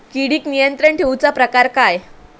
किडिक नियंत्रण ठेवुचा प्रकार काय?